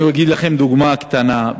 אני אגיד לכם דוגמה קטנה.